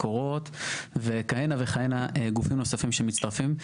מקורות וכהנה וכהנה גופים נוספים שמצטרפים.